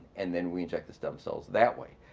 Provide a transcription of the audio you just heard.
and then we inject the stem cells that way.